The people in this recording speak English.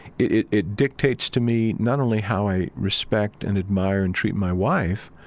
it it dictates to me not only how i respect and admire and treat my wife,